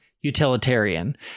utilitarian